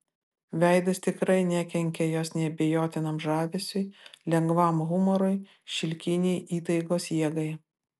veidas tikrai nekenkė jos neabejotinam žavesiui lengvam humorui šilkinei įtaigos jėgai